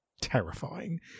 terrifying